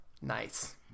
Nice